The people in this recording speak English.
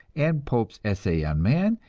and pope's essay on man,